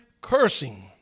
cursing